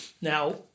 Now